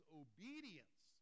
obedience